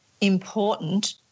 important